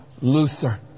Luther